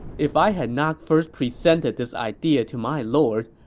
if i had not first presented this idea to my lord,